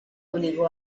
obligó